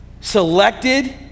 selected